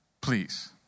Please